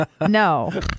no